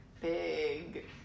Big